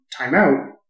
timeout